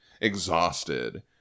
Exhausted